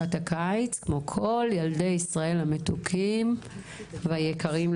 הקיץ כמו כל ילדי ישראל המתוקים והיקרים.